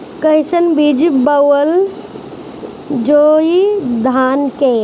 कईसन बीज बोअल जाई धान के?